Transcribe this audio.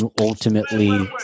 ultimately